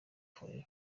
forever